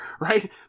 right